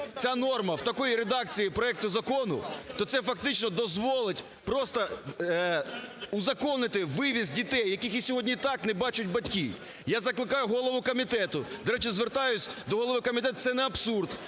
ця норма в такій редакції проекту закону, то це фактично дозволить просто узаконити вивіз дітей, яких сьогодні і так не бачать батьки. Я закликаю голову комітету, до речі, звертаюсь до голови комітету. Це не абсурд,